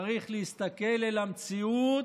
צריך להסתכל אל המציאות,